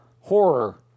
horror